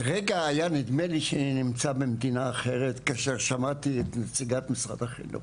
לרגע היה נדמה לי שאני נמצא במדינה אחרת כששמעתי את נציגת משרד החינוך.